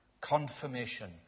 confirmation